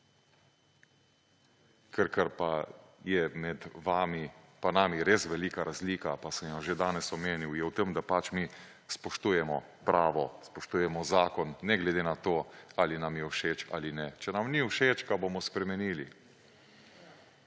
Ker kar pa je med vami pa nami res velika razlika, pa sem jo že danes omenil, je v tem, da pač mi spoštujemo pravo, spoštujemo zakon, ne glede na to, ali nam je všeč ali ne. Če nam ni všeč, ga bomo spremenili